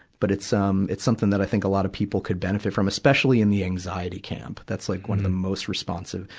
but it's, um, it's something that i think a lot of people can benefit from, especially from and the anxiety camp. that's like one of the most responsive,